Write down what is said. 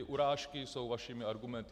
Urážky jsou vašimi argumenty.